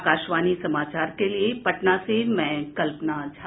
आकाशवाणी समाचार के लिए पटना मैं कल्पना झा